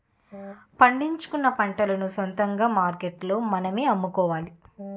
పండించుకున్న పంటలను సొంతంగా మార్కెట్లో మనమే అమ్ముకోవాలి